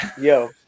Yo